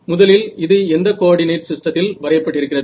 முதலில் இது எந்த கோஆர்டினேட் சிஸ்டத்தில் வரையப்பட்டிருக்கிறது